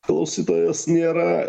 klausytojas nėra